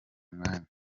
mwanya